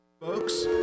Folks